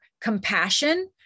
compassion